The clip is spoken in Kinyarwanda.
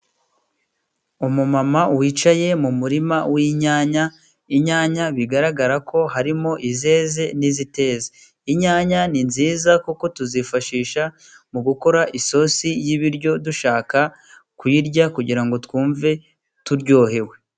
Umumama wicaye mu murima w'inyanya, inyanya bigaragara ko harimo izeze n'iziteze, inyanya ni nziza kuko tuzifashisha mu gukora isosi y'ibiryo, dushaka kuyirya kugira ngo twumve turyohewe.